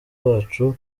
wacu